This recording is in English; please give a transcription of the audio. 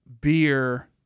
beer